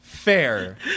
Fair